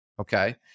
okay